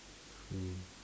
three new